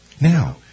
Now